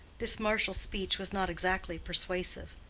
this marital speech was not exactly persuasive,